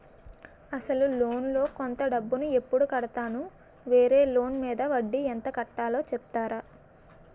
అసలు లోన్ లో కొంత డబ్బు ను ఎప్పుడు కడతాను? వేరే లోన్ మీద వడ్డీ ఎంత కట్తలో చెప్తారా?